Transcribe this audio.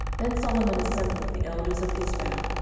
then solomon assembled the elders of israel,